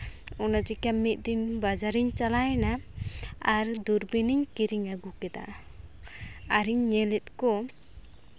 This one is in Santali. ᱚᱱᱟ ᱪᱤᱠᱟᱹ ᱢᱤᱫ ᱫᱤᱱ ᱵᱟᱡᱟᱨᱤᱧ ᱪᱟᱞᱟᱣ ᱮᱱᱟ ᱟᱨ ᱫᱩᱨᱵᱤᱱᱤᱧ ᱠᱤᱨᱤᱧ ᱟᱹᱜᱩ ᱠᱮᱫᱟ ᱟᱨᱤᱧ ᱧᱮᱞᱮᱫ ᱠᱚ